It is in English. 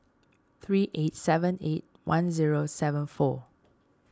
three eight seven eight one zero seven four